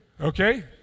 okay